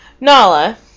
Nala